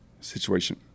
situation